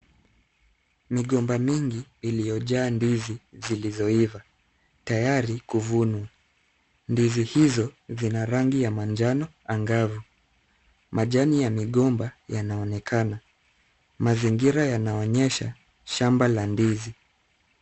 Migomba mingi iliyojaa ndizi zilizoiva tayari kuvunwa. Ndizi hizo zina rangi ya manjano angavu. Majani ya migomba yanaonekana. Mazingira yanaonyesha shamba la ndizi.